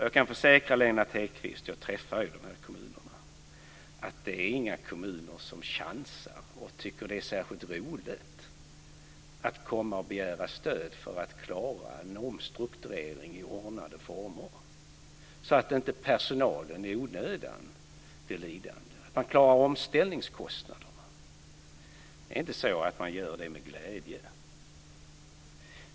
Jag kan försäkra Lennart Hedquist - jag träffar människor från dessa kommuner - att det inte finns några kommuner som chansar eller som tycker att det är särskilt roligt att begära stöd för att klara en omstrukturering under ordnade former, så att personalen inte blir lidande i onödan. Man vill klara omställningkostnaderna. Det är inte så att man gör det med glädje.